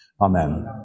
amen